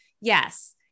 yes